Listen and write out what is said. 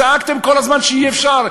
צעקתם כל הזמן שאי-אפשר,